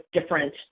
different